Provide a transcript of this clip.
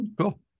Cool